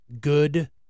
good